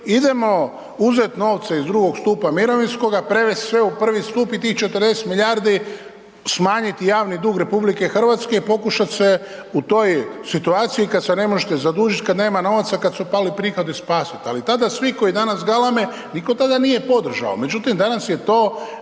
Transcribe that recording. idemo uzet novce iz II. stupa mirovinskoga, prevest sve u I. stup i tih 40 milijardi smanjiti javni dug RH i pokušat se u toj situaciji kad se ne možete zadužit, kad nema novaca, kad su pali prihodi, spasit ali tada svi koji danas galame, nitko tada nije podržao međutim danas je to